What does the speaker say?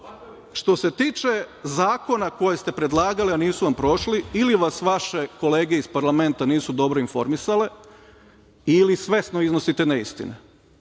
se tiče zakona koje ste predlagali, a nisu vam prošli, ili vas vaše kolege iz parlamenta nisu dobro informisale ili svesno iznosite neistine.